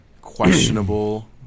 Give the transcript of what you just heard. questionable